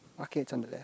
bucket is on your left